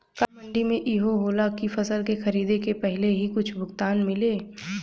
का मंडी में इहो होला की फसल के खरीदे के पहिले ही कुछ भुगतान मिले?